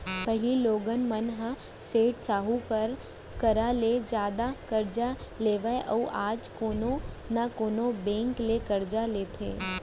पहिली लोगन मन ह सेठ साहूकार करा ले जादा करजा लेवय अउ आज कोनो न कोनो बेंक ले करजा लेथे